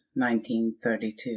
1932